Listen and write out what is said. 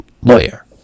lawyer